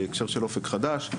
בהקשר של אופק חדש,